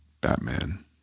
Batman